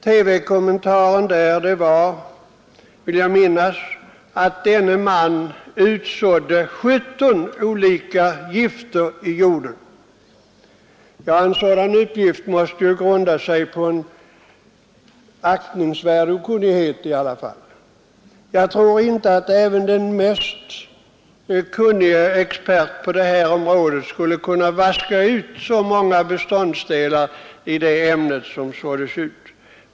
TV-kommentaren var, vill jag minnas, att denne man utsådde 17 olika gifter i jorden. En sådan uppgift måste grunda sig på en aktningsvärd okunnighet. Jag tror inte att ens den mest kunnige expert på det här området skulle kunna vaska fram så många beståndsdelar ur detta ämne.